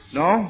no